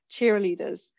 cheerleaders